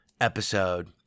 episode